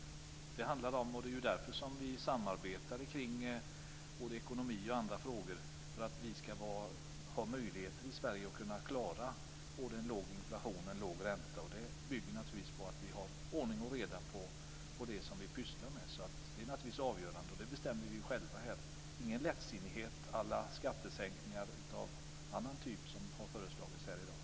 Det är ju därför vi samarbetar kring både ekonomi och andra frågor: för att vi i Sverige ska ha möjligheter att klara både en låg inflation och en låg ränta. Det bygger naturligtvis på att vi har ordning och reda på det som vi pysslar med. Det är naturligtvis avgörande, och det bestämmer vi själva här. Vi ska inte ha någon lättsinnighet à la skattesänkningar av annan typ, såsom har föreslagits här i dag.